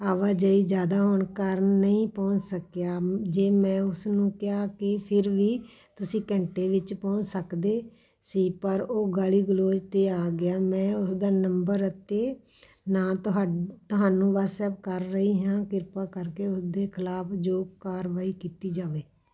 ਆਵਾਜਾਈ ਜ਼ਿਆਦਾ ਹੋਣ ਕਾਰਨ ਨਹੀਂ ਪਹੁੰਚ ਸਕਿਆ ਜੇ ਮੈਂ ਉਸਨੂੰ ਕਿਹਾ ਕਿ ਫਿਰ ਵੀ ਤੁਸੀਂ ਘੰਟੇ ਵਿੱਚ ਪਹੁੰਚ ਸਕਦੇ ਸੀ ਪਰ ਉਹ ਗਾਲੀ ਗਲੋਚ 'ਤੇ ਆ ਗਿਆ ਮੈਂ ਉਹਦਾ ਨੰਬਰ ਅਤੇ ਨਾਂ ਤੁਹਾਡ ਤੁਹਾਨੂੰ ਵਟਸਐੱਪ ਕਰ ਰਹੀ ਹਾਂ ਕਿਰਪਾ ਕਰਕੇ ਉਹਦੇ ਖਿਲਾਫ ਯੋਗ ਕਾਰਵਾਈ ਕੀਤੀ ਜਾਵੇ